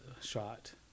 shot